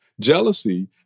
Jealousy